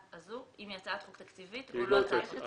הזו אם היא הצעת חוק תקציבית או לא הצעת חוק תקציבית.